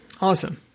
Awesome